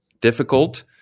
difficult